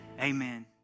amen